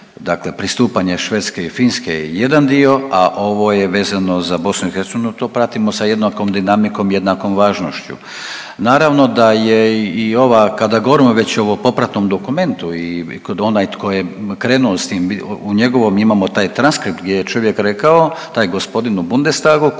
dakle pristupanje Švedske i Finske je jedan dio, a ovo je vezano za BiH, to pratimo sa jednakom dinamikom i jednakom važnošću. Naravno da je i ova, kada govorimo već o ovom popratnom dokumentu i onaj tko je krenuo s tim, u njegovom imamo taj transkript gdje je čovjek rekao, taj gospodin u Bundestagu